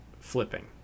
flipping